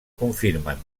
confirmen